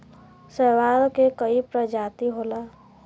शैवाल के कई प्रजाति होला